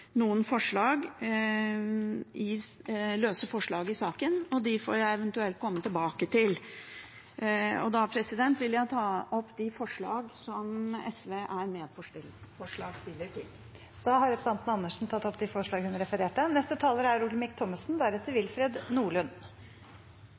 noen løse forslag i saken, og dem får jeg eventuelt komme tilbake til. Da vil jeg ta opp de forslag som SV er medforslagsstiller til. Da har representanten Karin Andersen tatt opp de forslagene hun refererte til. At det er